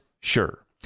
sure